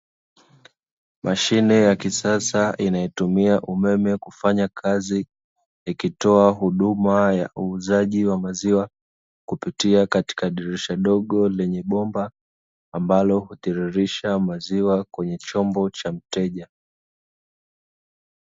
Mashine ya kisasa inayotumia umeme kufanya kazi ikitoa huduma ya uuzaji wa maziwa kupitia katika dirisha dogo lenye bomba ambalo hutiririsha maziwa kwenye chombo cha mteja.